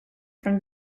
from